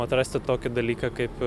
atrasti tokį dalyką kaip